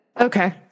Okay